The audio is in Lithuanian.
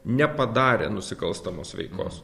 nepadarė nusikalstamos veikos